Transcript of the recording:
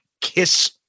kiss